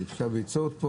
ביצות,